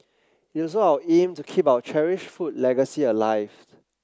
it is also our aim to keep our cherished food legacy alive